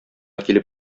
килеп